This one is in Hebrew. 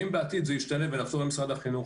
אם בעתיד זה ישתנה ונחזור למשרד החינוך,